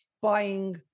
buying